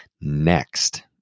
Next